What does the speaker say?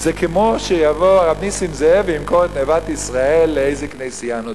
זה כמו שיבוא הרב נסים זאב וימכור את "נוות ישראל" לאיזו כנסייה נוצרית,